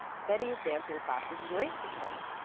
betty's dancing class was a great success.